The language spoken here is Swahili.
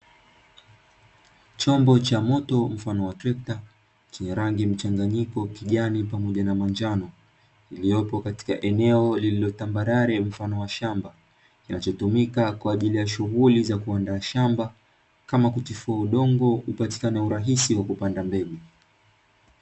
Chombo cha moto mfano wa trekta, chenye rangi mchanganyiko kijani pamoja na manjano. Iliyopo katika eneo lililo tambarare mfano wa shamba. Kinachotumika kwaajili ya shughuli za kuandaa shamba kama kutifua udongo upatikane urahisi wa kupanda mbegu